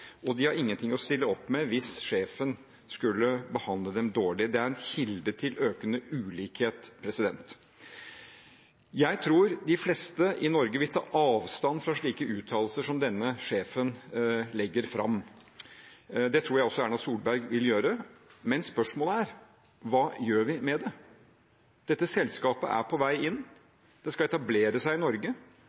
og de har ingenting å stille opp med hvis sjefen skulle behandle dem dårlig. Det er en kilde til økende ulikhet. Jeg tror de fleste i Norge vil ta avstand fra slike uttalelser som denne sjefen legger fram. Det tror jeg også Erna Solberg vil gjøre. Men spørsmålet er: Hva gjør vi med det? Dette selskapet er på vei inn. Det skal etablere seg i Norge.